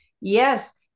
Yes